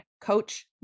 coach